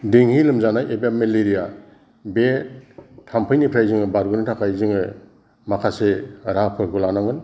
देंगु लोमजानाय एबा मेलेरिया बे थाम्फैनिफ्राय जोङो बारग'नो थाखाय जोङो माखासे राहाफोरबो लानांगोन